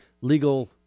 legal